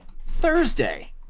thursday